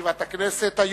ישיבת הכנסת.